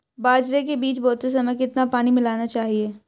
बाजरे के बीज बोते समय कितना पानी मिलाना चाहिए?